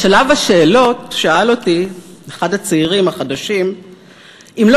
בשלב השאלות שאל אותי אחד הצעירים החדשים אם לא